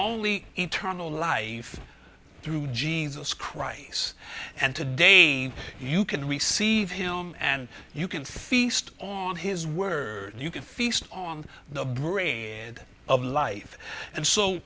only eternal life through jesus christ and to day you can receive him and you can feast on his word and you can feast on the brain and of life and so